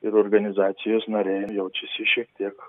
ir organizacijos nariai jaučiasi šiek tiek